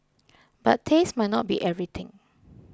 but taste might not be everything